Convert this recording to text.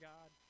God